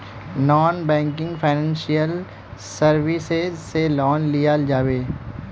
Non banking financial services से loan लिया जाबे?